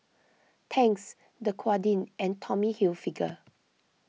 Tangs Dequadin and Tommy Hilfiger